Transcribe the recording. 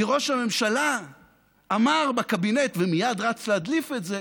כי ראש הממשלה אמר בקבינט, ומייד רץ להדליף את זה: